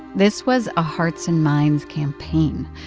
this was a hearts and minds campaign,